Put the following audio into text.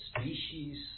species